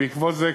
בעקבות זה,